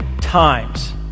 times